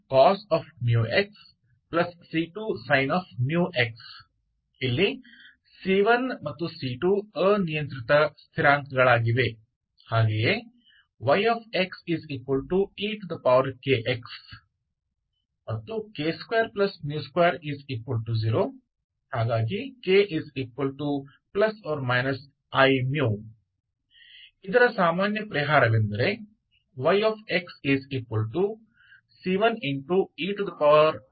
जैसे yx ekx k220 k±iμ इसके लिए सामान्य समाधान है yxc1 eiμxc2 e iμx इसलिए eiμx and e iμx तो दो लिनियली इंडिपेंडेंट सॉल्यूशंस है तो उनका योग और अंतर तो कुछ नहीं है बल्कि cos x andsin μx linearly independent है इसका अर्थ है कि यह सामान्य समाधान है